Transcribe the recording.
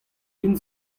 din